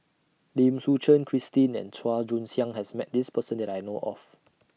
Lim Suchen Christine and Chua Joon Siang has Met This Person that I know of